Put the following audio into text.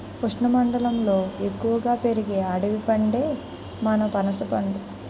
ఉష్ణమండలంలో ఎక్కువగా పెరిగే అడవి పండే మన పనసపండు